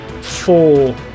four